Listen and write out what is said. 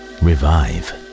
revive